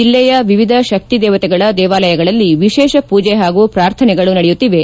ಜಿಲ್ಲೆಯ ವಿವಿಧ ಶಕ್ತಿದೇವತೆಗಳ ದೇವಾಲಯಗಳಲ್ಲಿ ವಿಶೇಷ ಪೂಜೆ ಹಾಗೂ ಪ್ರಾರ್ಥನೆಗಳು ನಡೆಯುತ್ತಿವೆ